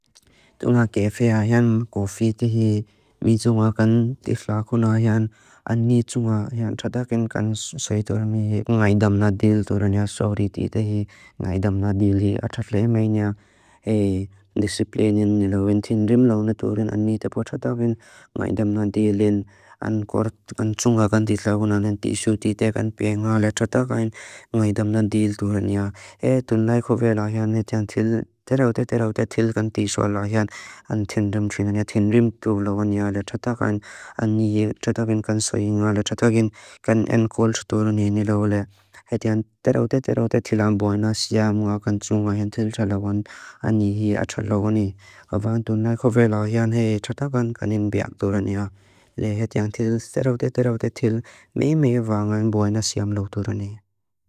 Tuna kefe ayan, kofi tihi, mijunga kan tihla kuna ayan, ani tunga ayan tratakin kan saitur mihi, ngay damna dil turan ya sawri tite hii, ngay damna dil hii atatle maina, hei disiplinean nilawin, tindrim lawin turin ani tapo tratakin, ngay damna dilin, ankor kan tunga kan tihla kuna ayan, tisu tite kan pia nga ala tratakin, ngay damna dil turan ya, hei tuna kefe ayan hei tian tila, tiraute tiraute tila kan tiso ayan, ani tindrim trin ayan, tindrim tu lawin ya ala tratakin, ani hii tratakin kan saitur mihi ala tratakin, kan ankor tuturun hii nilawale, hei tian tiraute tiraute tilaan boina siyam nga kan tunga ayan tila tratagon, ani hii achalagon hii, kawa tuna kefe ayan hei tratakan kanin biak turan ya, hei tian tiraute tiraute tilaan boina siyam nga kan tunga ayan tila, hei tian tiraute tiraute tilaan boina siyam nga kan tunga ayan tila, hei tian tiraute tiraute tilaan boina siyam nga kan tunga ayan tila, hei tian tiraute tiraute tilaan boina siyam nga kan tunga ayan tila, hei tian tiraute tiraute tilaan boina siyam nga kan tunga ayan tila, hei tian tiraute tiraute tilaan boina siyam nga kan tunga ayan tila, hei tian tiraute tiraute tilaan boina siyam nga kan tunga ayan tila, hei tian tiraute tiraute tilaan